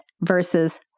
versus